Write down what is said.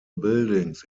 buildings